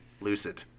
lucid